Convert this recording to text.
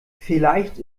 vielleicht